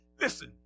Listen